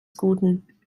guten